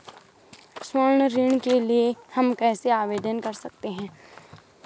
स्वर्ण ऋण के लिए हम कैसे आवेदन कर सकते हैं?